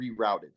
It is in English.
rerouted